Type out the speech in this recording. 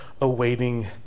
awaiting